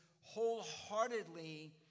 wholeheartedly